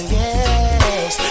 yes